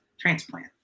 transplant